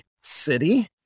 city